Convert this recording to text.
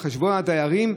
על חשבון הדיירים,